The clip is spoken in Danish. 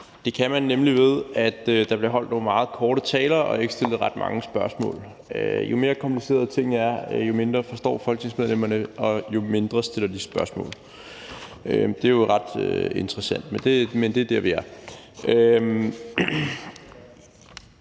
Det kan man nemlig, ved at der bliver holdt nogle meget korte taler og ikke stillet ret mange spørgsmål. Jo mere komplicerede tingene er, jo mindre forstår folketingsmedlemmerne, og jo mindre stiller de spørgsmål. Det er jo ret interessant, men det er der, vi er.